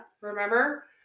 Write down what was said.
Remember